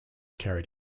carried